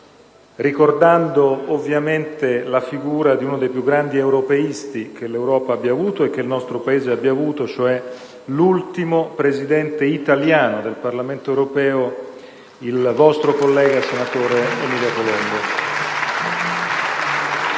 ricordando ovviamente la figura di uno dei più grandi europeisti che l'Europa e il nostro Paese abbiano avuto, cioè l'ultimo Presidente italiano del Parlamento europeo: il vostro collega, senatore Emilio Colombo.